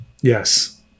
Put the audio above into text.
Yes